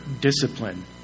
Discipline